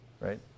right